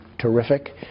terrific